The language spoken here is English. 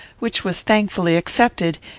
which was thankfully accepted,